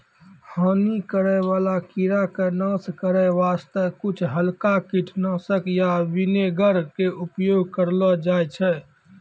हानि करै वाला कीड़ा के नाश करै वास्तॅ कुछ हल्का कीटनाशक या विनेगर के उपयोग करलो जाय छै